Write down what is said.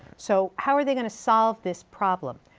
so how are they going to solve this problem?